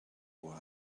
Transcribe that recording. what